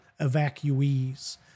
evacuees